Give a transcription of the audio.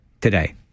today